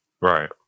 Right